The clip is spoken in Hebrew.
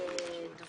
24 ו-25 תקבלו.